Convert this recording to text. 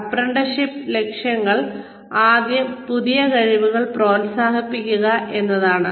അപ്രന്റീസ്ഷിപ്പിന്റെ ലക്ഷ്യങ്ങൾ ആദ്യം പുതിയ കഴിവുകൾ പ്രോത്സാഹിപ്പിക്കുക എന്നതാണ്